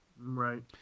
Right